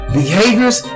behaviors